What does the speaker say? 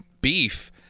beef